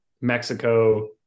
Mexico